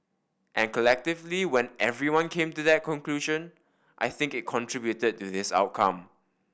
and collectively when everyone came to that conclusion I think it contributed to this outcome